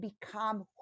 become